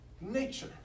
Nature